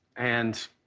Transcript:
and